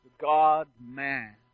God-man